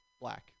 black